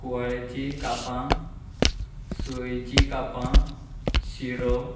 कुवाळेची कापां सोयचीं कापां शिरो